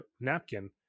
napkin